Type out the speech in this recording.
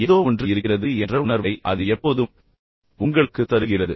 ஏதோ ஒன்று இருக்கிறது என்ற உணர்வை அது எப்போதும் உங்களுக்குத் தருகிறது